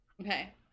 Okay